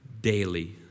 Daily